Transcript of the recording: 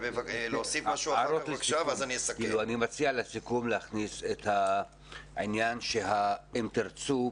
אני מציע להכניס לסיכום את העניין ש"אם תרצו",